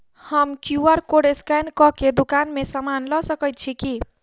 हम QR code scan कऽ केँ दुकान मे समान लऽ सकैत छी की?